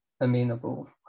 amenable